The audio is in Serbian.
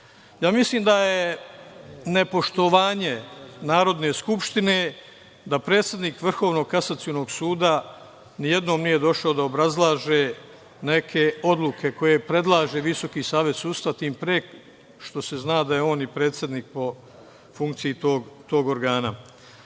zakletvu. Mislim da je nepoštovanje Narodne skupštine da predsednik Vrhovnog kasacionog suda nijednom nije došao da obrazlaže neke odluke koje predlaže Visoki savet sudstva, tim pre što se zna da je on i predsednik po funkciji tog organa. Šta